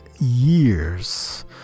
years